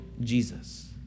Jesus